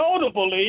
notably